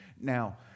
Now